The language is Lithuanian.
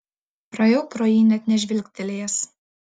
praėjau pro jį net nežvilgtelėjęs